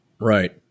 Right